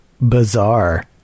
bizarre